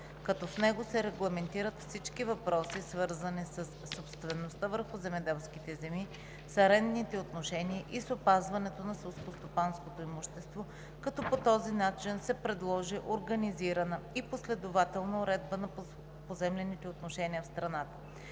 като в него се регламентират всички въпроси, свързани със собствеността върху земеделските земи, с арендните отношения и с опазването на селскостопанското имущество, като по този начин се предложи организирана и последователна уредба на поземлените отношения в страната.